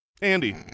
Andy